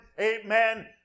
amen